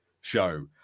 show